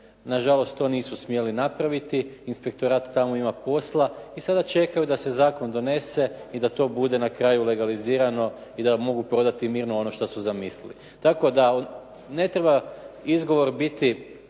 Na žalost to nisu smjeli napraviti. Inspektorat tamo ima posla i sada čekaju da se zakon donese i da to bude na kraju legalizirano i da mogu prodati mirno ono što su zamislili. Tako da ne treba izgovor biti